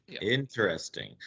Interesting